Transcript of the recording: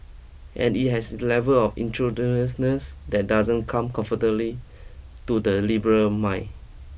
and it has a level of intrusiveness that doesn't come comfortably to the liberal mind